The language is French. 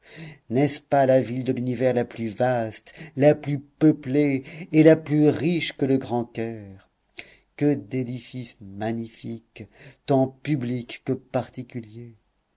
n'est-ce pas la ville de l'univers la plus vaste la plus peuplée et la plus riche que le grand caire que d'édifices magnifiques tant publics que particuliers